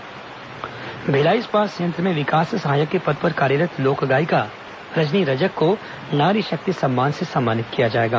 नारी शक्ति सम्मान भिलाई इस्पात संयंत्र में विकास सहायक के पद कार्यरत लोक गायिका रजनी रजक को नारी शक्ति सम्मान से सम्मानित किया जाएगा